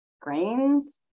grains